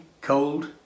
cold